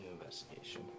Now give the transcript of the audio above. investigation